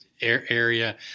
area